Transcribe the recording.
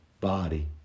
body